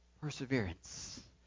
Perseverance